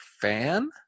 fan